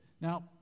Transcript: Now